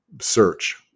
search